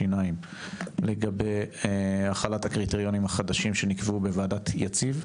השיניים לגבי החלת הקריטריונים החדשים שנקבעו בוועדת יציב.